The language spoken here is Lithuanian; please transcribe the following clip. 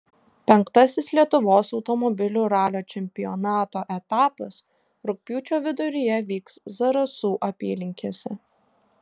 penktasis lietuvos automobilių ralio čempionato etapas rugpjūčio viduryje vyks zarasų apylinkėse